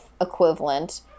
equivalent